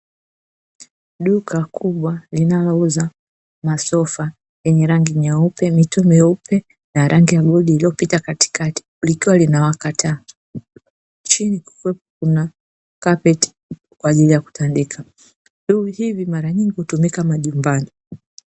Duka kubwa linalouza masofa yenye rangi nyeupe ,mito meupe na rangi ya bluu iliyopita katikati likiwa linawaka taa, chini kukiwa kuna kapeti kwaajili ya kutandika . Vitu hivi mara nyingi hutumika majumbani